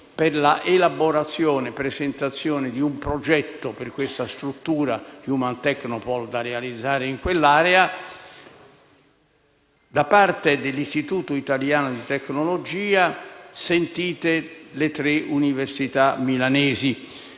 per la presentazione di un progetto per la struttura Human Technopole da realizzare in quella area da parte dell'Istituto italiano di tecnologia, sentite le tre università milanesi.